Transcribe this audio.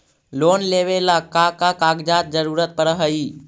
Loan लेवेला का का कागजात जरूरत पड़ हइ?